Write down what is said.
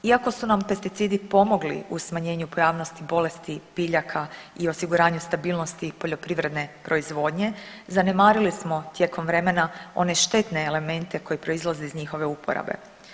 Iako su nam pesticidi pomogli u smanjenju pojavnosti bolesti biljaka i osiguranju stabilnosti poljoprivredne proizvodnje zanemarili smo tijekom vremena one štetne elemente koji proizlaze iz njihove uporabe.